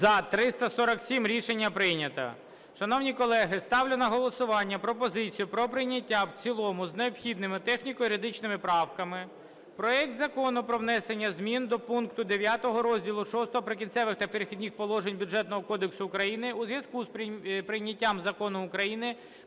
За-347 Рішення прийнято. Шановні колеги, ставлю на голосування пропозицію про прийняття в цілому з необхідними техніко-юридичними правками проекту Закону про внесення змін до пункту 9 розділу VI "Прикінцеві та перехідні положення" Бюджетного кодексу України у зв'язку з прийняттям Закону України